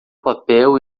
papel